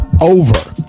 over